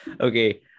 Okay